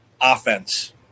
offense